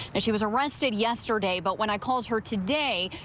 and she was arrested yesterday. but when i called her today,